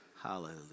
Hallelujah